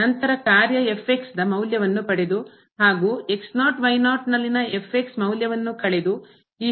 ನಂತರ ಕಾರ್ಯ ದ ಮೌಲ್ಯವನ್ನು ಪಡೆದು ಹಾಗೂ ನಲ್ಲಿನ ಮೌಲ್ಯವನ್ನು ಕಳೆದು ಈ ಹೆಚ್ಚಳವನ್ನು ನಿಂದ